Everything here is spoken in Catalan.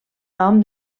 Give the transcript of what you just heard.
nom